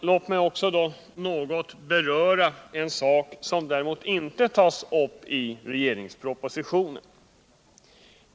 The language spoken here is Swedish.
Låt mig också, herr talman, något beröra en sak som däremot inte tas upp i regeringspropositionen.